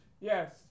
Yes